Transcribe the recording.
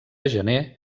gener